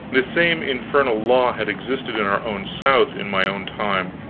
this same infernal law had existed in our own south in my own time,